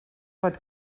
pot